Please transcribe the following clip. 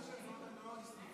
הנושא של תנועות הנוער נפתר?